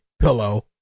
pillow